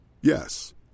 Yes